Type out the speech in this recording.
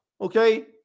Okay